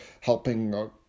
helping